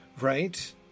Right